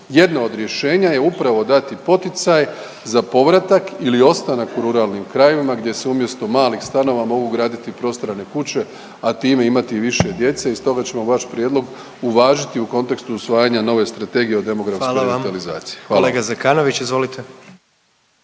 Jedno od rješenja je upravo dati poticaj za povratak ili ostanak u ruralnim krajevima, gdje se umjesto malih stanova mogu graditi prostrane kuće, a time imati i više djece i stoga ćemo vaš prijedlog uvažiti u kontekstu usvajanja nove strategije o … .../Upadica: Hvala vam./...